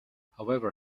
however